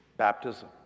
Baptism